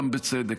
גם בצדק.